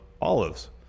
olives